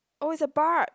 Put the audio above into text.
oh it's a bark